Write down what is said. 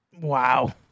Wow